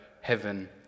heaven